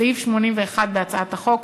סעיף 81 בהצעת החוק,